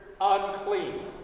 unclean